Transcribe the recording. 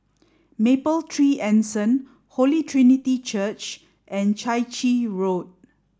Mapletree Anson Holy Trinity Church and Chai Chee Road